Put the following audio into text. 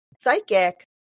Psychic